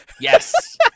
Yes